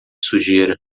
sujeira